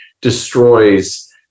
destroys